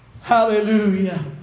Hallelujah